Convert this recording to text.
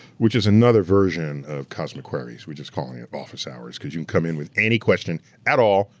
which is another version of cosmic queries, we're just calling it office hours because you can come in with any question at all,